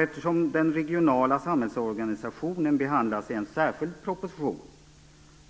Eftersom den regionala samhällsorganisationen behandlas i en särskild proposition